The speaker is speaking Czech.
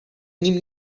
ním